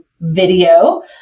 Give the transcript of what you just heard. video